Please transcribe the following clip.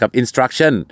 instruction